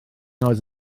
oedd